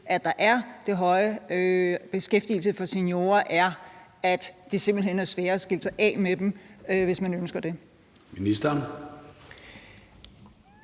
er den høje beskæftigelse for seniorer, er, at det simpelt hen er sværere at skille sig af med dem, hvis man ønsker det?